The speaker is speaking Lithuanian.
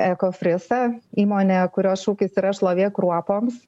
ekofrisą įmonę kurios šūkis yra šlovė kruopoms